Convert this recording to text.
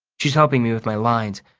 she's helping me with my lines.